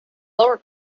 lower